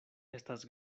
estas